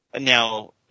now